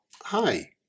hi